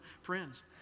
friends